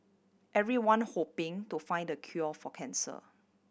everyone hoping to find the cure for cancer